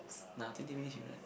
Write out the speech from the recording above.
nah twenty minutes you run